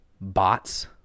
bots